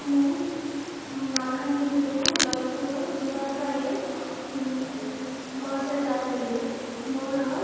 ମୁଁ ମାଲକାନଗିରିରୁ ଜୟପୁର ଯିବା ପାଇଁ ବସ୍ରେ ଯାଉଥିଲି ମୋର